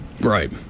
Right